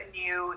new